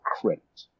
credit